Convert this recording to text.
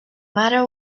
matter